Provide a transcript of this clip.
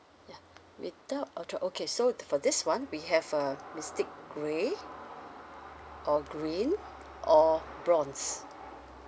yeah without ultra okay so for this one we have uh misty grey or green or bronze